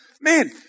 Man